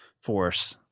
force